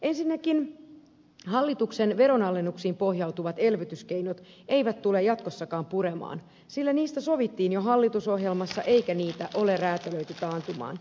ensinnäkin hallituksen veronalennuksiin pohjautuvat elvytyskeinot eivät tule jatkossakaan puremaan sillä niistä sovittiin jo hallitusohjelmassa eikä niitä ole räätälöity taantumaan